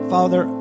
Father